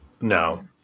No